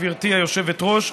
גברתי היושבת-ראש,